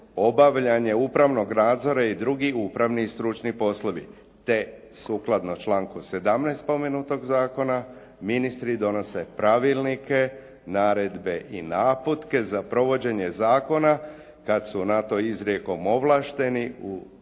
obavljanje upravnog nadzora i drugi upravni i stručni poslovi, te sukladno članku 17. pomenutog zakona, ministri donose pravilnike, naredbe i naputke za provođenje zakona kada su na to izrijekom ovlašteni u